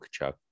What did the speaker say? Kachuk